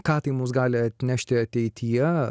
ką tai mus gali atnešti ateityje